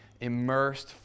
immersed